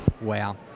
Wow